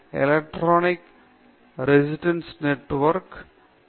electrical resistance network நாம் கடத்தலில் பயன்படுத்தினோம்